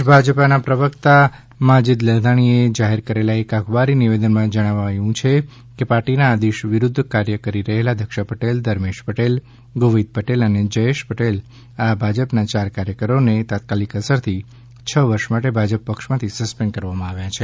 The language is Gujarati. પ્રદેશ ભાજપના પ્રવક્તા માજીદ લધાણીએ જાહેર કરેલા એક અખબારી નિવેદનમાં જાણવવામાં આવ્યું છે કે પાર્ટીના આદેશ વિડુદ્વ કાર્ય કરી રહેલા દક્ષા મહેશ પટેલ ધર્મેશ અર્જુન પટેલ ગોવિંદ બાવા પટેલ અને જયેશ નગીન પટેલ આ ભાજપના ચાર કાર્યકરોને તાત્કાલિક અસરથી છ વર્ષ માટે ભાજપ પક્ષમાંથી સસ્પેન્ડ કરવામાં આવ્યા છે